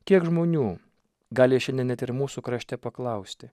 kiek žmonių gali šiandien net ir mūsų krašte paklausti